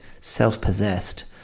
self-possessed